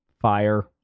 Fire